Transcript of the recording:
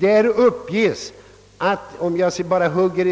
Där uppges beträffande